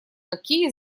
какие